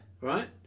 right